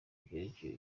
byerekeye